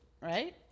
right